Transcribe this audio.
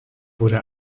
wurde